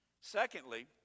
Secondly